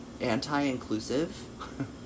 anti-inclusive